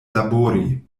labori